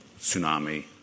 tsunami